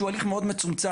שהוא הליך מאוד מצומצם.